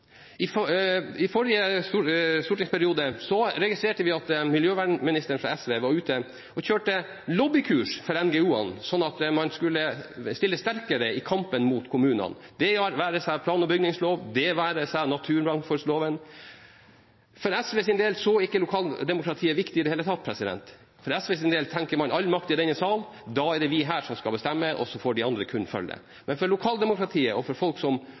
I forrige stortingsperiode registrerte vi at miljøvernministeren fra SV var ute og kjørte lobbykurs for NGO-ene, sånn at man skulle stille sterkere i kampen mot kommunene – det være seg plan- og bygningsloven, det være seg naturmangfoldloven. For SVs del er ikke lokaldemokratiet viktig i det hele tatt: SV tenker «all makt i denne sal», at da er det vi som skal bestemme, og så får de andre kun følge. Men for lokaldemokratiet og for folk som